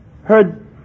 heard